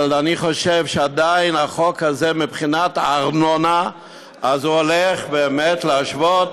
אבל אני חושב שעדיין החוק הזה מבחינת הארנונה הולך באמת להשוות